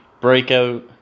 breakout